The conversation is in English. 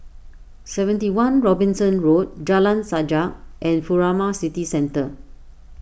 seventy one Robinson Road Jalan Sajak and Furama City Centre